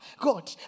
God